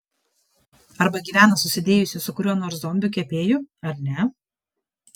arba gyvena susidėjusi su kuriuo nors zombiu kepėju ar ne